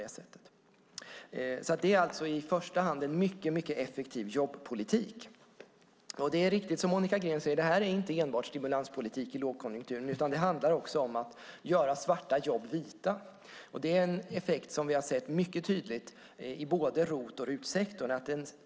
Det handlar alltså i första hand om en mycket effektiv jobbpolitik. Det är riktigt som Monica Green säger att det inte enbart handlar om stimulanspolitik i lågkonjunktur, utan det handlar också om att göra svarta jobb vita. Det är en effekt som vi har sett mycket tydligt i både ROT och RUT-sektorerna.